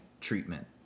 treatment